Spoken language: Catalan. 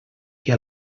que